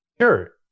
sure